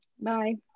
Bye